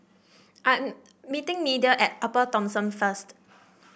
I'm meeting Media at Upper Thomson first